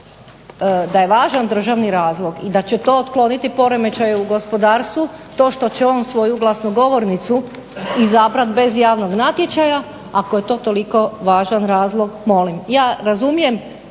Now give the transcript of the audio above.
da je važan državni razlog i da će to otkloniti poremećaje u gospodarstvu to što će on svoju glasnogovornicu izabrat bez javnog natječaja, ako je to toliko važan razlog molim. Ja razumijem